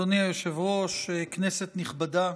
אדוני היושב-ראש, כנסת נכבדה,